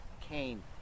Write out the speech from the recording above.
Cain